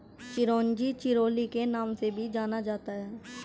चिरोंजी चिरोली के नाम से भी जाना जाता है